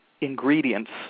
ingredients